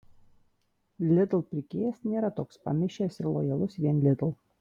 lidl pirkėjas nėra toks pamišęs ir lojalus vien lidl